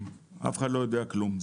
אף אחד לא יודע כלום.